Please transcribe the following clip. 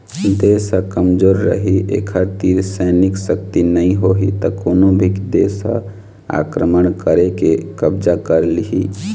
देश ह कमजोर रहि एखर तीर सैनिक सक्ति नइ होही त कोनो भी देस ह आक्रमण करके कब्जा कर लिहि